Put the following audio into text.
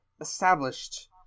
established